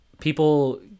people